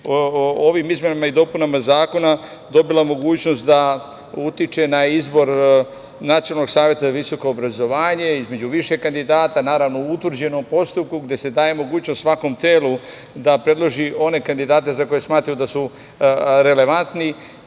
ovim izmenama i dopunama Zakona dobila mogućnost da utiče na izbor Nacionalnog saveta visokog obrazovanja između više kandidata, naravno, u utvrđenom postupku, gde se daje mogućnost svakom telu da predloži one kandidate za koje smatra da su relevantni.